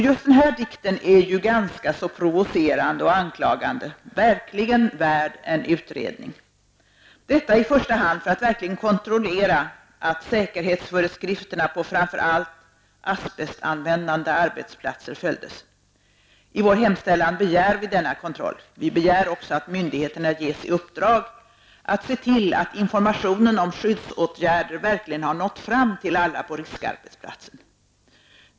Just denna dikt är ju ganska så provocerande och anklagande -- verkligen värd en utredning. Detta i första hand för att verkligen kontrollera att säkerhetsföreskrifterna på framför allt asbestanvändande arbetsplatser följdes. I vår hemställan begär vi denna kontroll. Vi begär också att myndigheterna ges i uppdrag att se till att informationen om skyddsåtgärder verkligen har nått fram till alla på riskarbetsplatser.